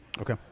Okay